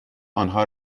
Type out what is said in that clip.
آنها